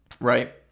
right